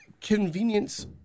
convenience